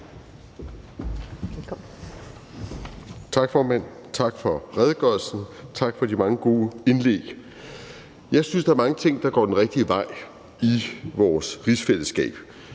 Tak, formand. Tak for redegørelsen, og tak for de mange gode indlæg. Jeg synes, der er mange ting, der går den rigtige vej, i vores rigsfællesskab.